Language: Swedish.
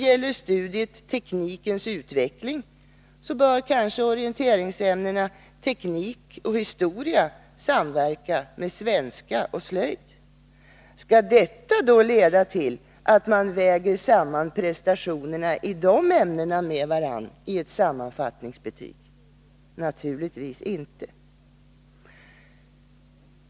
Gäller studiet teknikens utveckling bör kanske orienteringsämnena teknik och historia samverka med svenska och slöjd. Skall detta då leda till att man väger samman prestationerna i dessa ämnen med varandra i ett sammanfattningsbetyg? Naturligtvis inte.